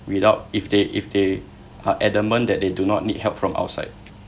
without if they if they are adamant that they do not need help from outside